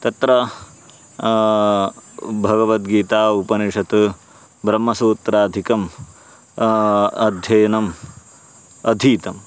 तत्र भगवद्गीता उपनिषत् ब्रह्मसूत्रादिकम् अध्ययनम् अधीतम्